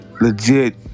Legit